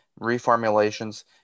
reformulations